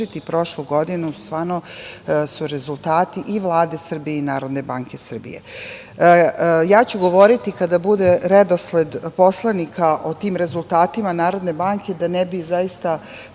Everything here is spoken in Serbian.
prošlu godinu stvarno su rezultati i Vlade Srbije i NBS.Govoriću kada bude redosled poslanika o tim rezultatima Narodne banke, da ne bih zaista